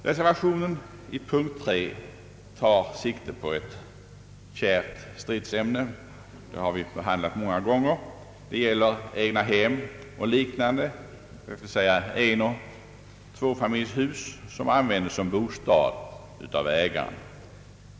Reservationen vid punkt 3 tar sikte på ett kärt stridsämne. Den gäller ett ämne som vi har behandlat många gånger, nämligen om beskattningen av egnahem och liknande, dvs. enoch tvåfamiljshus som används till bostad av ägaren.